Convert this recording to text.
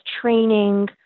training